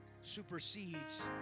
supersedes